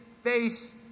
face